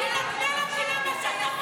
היא הייתה תת-אלוף בצבא.